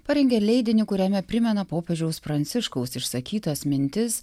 parengė leidinį kuriame primena popiežiaus pranciškaus išsakytas mintis